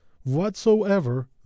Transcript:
whatsoever